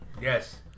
yes